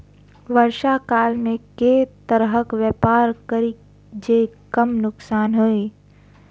वर्षा काल मे केँ तरहक व्यापार करि जे कम नुकसान होइ?